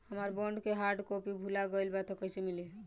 हमार बॉन्ड के hard copy भुला गएलबा त कैसे मिली?